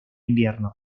invierno